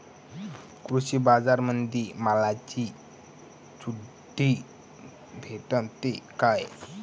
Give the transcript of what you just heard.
कृषीबाजारामंदी मालाची चिट्ठी भेटते काय?